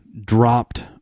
dropped